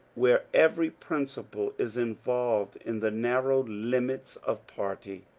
where every principle is involved in the narrow limits of party,